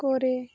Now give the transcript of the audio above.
করে